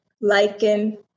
lichen